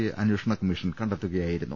A അന്വേ ഷണ commission കണ്ടെത്തിയിരുന്നു